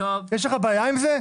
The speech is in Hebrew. יש לך בעיה עם זה?